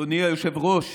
אדוני היושב-ראש